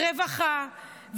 רווחה.